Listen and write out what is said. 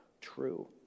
true